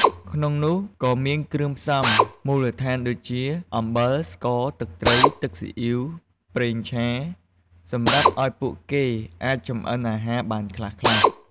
ក្នុងនោះក៏មានគ្រឿងផ្សំមូលដ្ឋាន ដូចជា អំបិល ស្ករ ទឹកត្រី ទឹកស៊ីអុីវ ប្រេងឆា សម្រាប់ឱ្យពួកគេអាចចម្អិនអាហារបានខ្លះៗ។